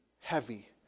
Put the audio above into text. heavy